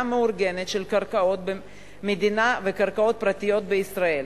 מאורגנת של קרקעות במדינה וקרקעות פרטיות בישראל,